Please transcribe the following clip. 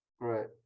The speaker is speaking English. right